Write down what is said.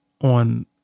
on